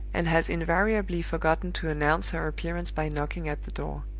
and has invariably forgotten to announce her appearance by knocking, at the door.